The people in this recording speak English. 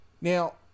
Now